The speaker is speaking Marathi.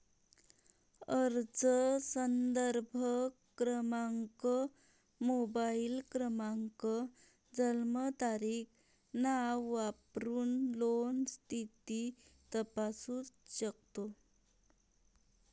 अर्ज संदर्भ क्रमांक, मोबाईल क्रमांक, जन्मतारीख, नाव वापरून लोन स्थिती तपासू शकतो